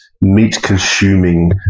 meat-consuming